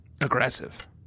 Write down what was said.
aggressive